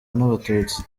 n’abatutsi